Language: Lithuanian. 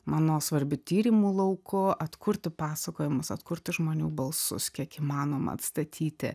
mano svarbiu tyrimų lauku atkurti pasakojimus atkurti žmonių balsus kiek įmanoma atstatyti